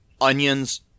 Onions